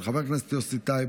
של חבר הכנסת יוסי טייב,